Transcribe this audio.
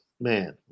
man